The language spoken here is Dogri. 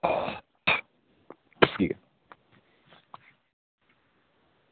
ठीक ऐ